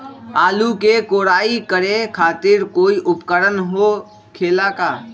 आलू के कोराई करे खातिर कोई उपकरण हो खेला का?